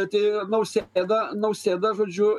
atėjo nausėda nausėda žodžiu